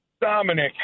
Dominic